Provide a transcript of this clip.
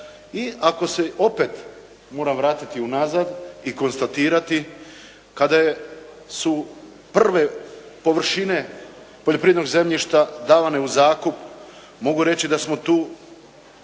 I ako se opet moram vratiti unazad i konstatirati kada su prve površine poljoprivrednog zemljišta davane u zakup, mogu reći da su taj